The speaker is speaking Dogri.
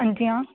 अंजी आं